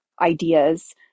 ideas